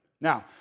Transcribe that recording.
Now